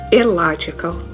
illogical